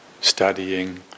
studying